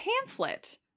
pamphlet